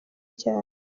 cyane